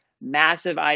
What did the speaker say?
massive